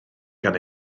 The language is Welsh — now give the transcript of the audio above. gan